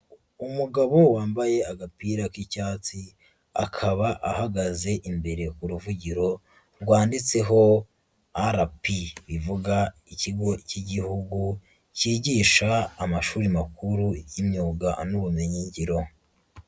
Umugabo wambaye agapira k'icyatsi, akaba ahagaze imbere ku ruvugiro rwanditseho RP, bivuga ikigo cy'igihugu cyigisha amashuri makuru y'imyuga n'ubumenyingiro.